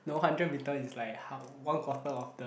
no hundred meter is like hal~ one quarter of the